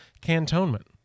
cantonment